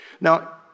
Now